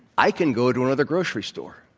i can go to another grocery store,